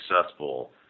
successful